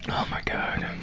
oh my god.